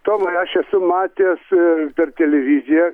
tomai aš esu matęs per televiziją